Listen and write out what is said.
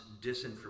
disinformation